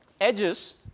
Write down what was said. edges